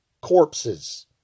corpses